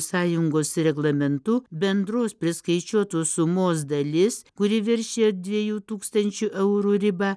sąjungos reglamentu bendros priskaičiuotos sumos dalis kuri viršijadviejų tūkstančių eurų ribą